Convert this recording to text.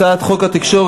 הצעת חוק התקשורת,